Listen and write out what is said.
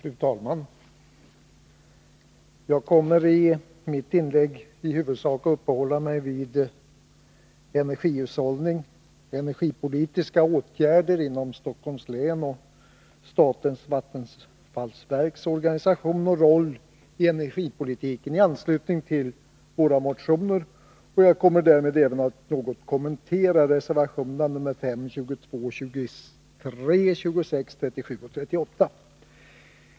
Fru talman! Jag kommer i mitt inlägg i huvudsak att uppehålla mig vid energihushållning, energipolitiska åtgärder inom Stockholms län och statens vattenfallsverks organisation och roll i energipolitiken, allt i anslutning till våra motioner. Jag kommer därmed även att något kommentera reservationerna 5, 22, 23, 26, 37 och 38.